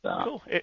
Cool